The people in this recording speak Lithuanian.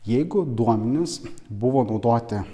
jeigu duomenys buvo naudoti